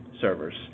servers